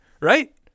Right